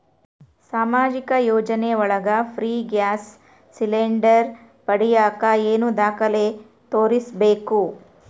ಸಾಮಾಜಿಕ ಯೋಜನೆ ಒಳಗ ಫ್ರೇ ಗ್ಯಾಸ್ ಸಿಲಿಂಡರ್ ಪಡಿಯಾಕ ಏನು ದಾಖಲೆ ತೋರಿಸ್ಬೇಕು?